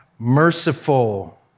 merciful